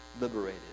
liberated